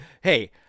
Hey